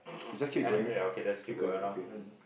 ya ya okay then jsut keep going round lor